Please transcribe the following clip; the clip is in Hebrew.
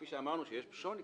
כפי שאמרנו שיש שוני,